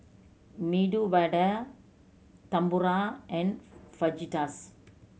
Medu Vada Tempura and Fajitas